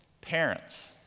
Parents